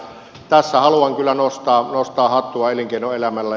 tässä haluan kyllä nostaa hattua elinkeinoelämälle